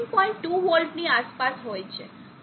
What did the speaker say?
2 વોલ્ટની આસપાસ હોય છે